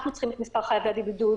אנחנו צריכים את מספר חייבי הבידוד,